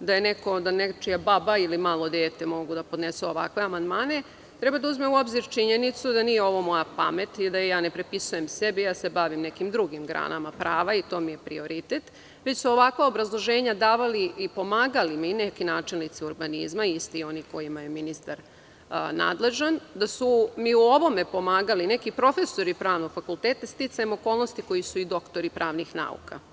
da nečija baba ili malo dete mogu da podnesu ovakve amandmane treba da uzmu u obzir činjenicu da ovo nije moja pamet i ne pripisujem je sebi, bavim se nekim drugim delom prava i to mi je prioritet, već su ovakva obrazloženja davali i pomagali mi i neki načelnici urbanizma i svi oni kojima je ministar nadležan, da su mi u ovome pomagali neki profesori pravnih fakulteta, sticajem okolnosti koji su i doktori pravnih nauka.